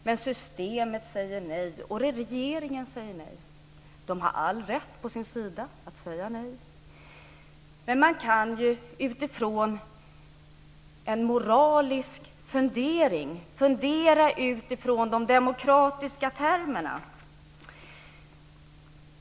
Men systemet säger nej. Regeringen säger nej. De har all rätt att säga nej. Men man kan från moralisk utgångspunkt fundera i demokratiska termer.